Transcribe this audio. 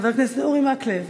חבר הכנסת אורי מקלב,